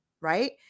right